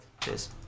Cheers